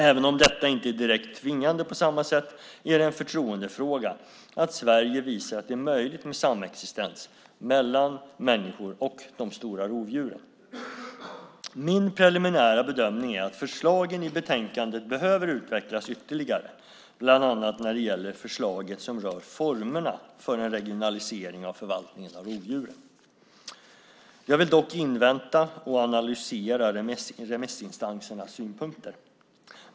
Även om detta inte är direkt tvingande på samma sätt är det en förtroendefråga att Sverige visar att det är möjligt med samexistens mellan människor och de stora rovdjuren. Min preliminära bedömning är att förslagen i betänkandet behöver utvecklas ytterligare bland annat när det gäller förslaget som rör formerna för en regionalisering av förvaltningen av rovdjuren. Jag vill dock invänta och analysera remissinstansernas synpunkter.